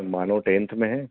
मानव tenth में है